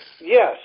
Yes